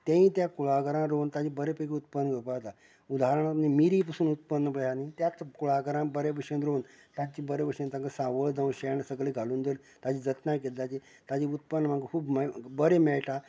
तेंय त्या कुळागरांत रोवन ताचे बरें पैकी उत्पन्न घेवपा जाता उदाहरणांत मिरी पसून उत्पन्न पळय आमी त्याच कुळागरांत बरें भशेन रोवन तांची बरें भशेन तांकां सावळ जावं शेण सगळे घालून जर ताची जतनाय ताची ताची उत्पन्न आमकां खूब बरें मेळटा